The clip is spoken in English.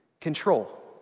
control